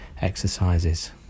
exercises